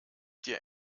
dir